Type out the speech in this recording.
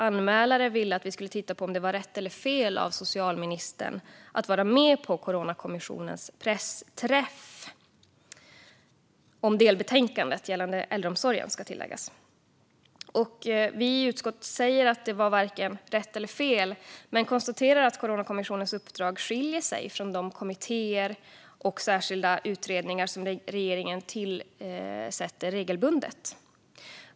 Anmälaren ville att vi skulle titta på om det var rätt eller fel av socialministern att vara med på Coronakommissionens pressträff om delbetänkandet gällande äldreomsorgen. Vi i utskottet säger att det varken var rätt eller fel men konstaterar att Coronakommissionens uppdrag skiljer sig från de kommittéer och särskilda utredningar som regeringen regelbundet tillsätter.